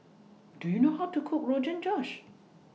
Do YOU know How to Cook Rogan Josh